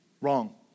wrong